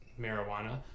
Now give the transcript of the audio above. marijuana